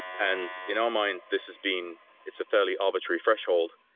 and in our mind, this has been it's a fairly arbitrary threshold.